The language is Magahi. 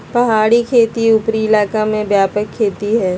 पहाड़ी खेती उपरी इलाका में व्यापक खेती हइ